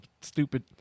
stupid